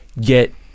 get